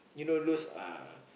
you know those uh